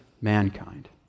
mankind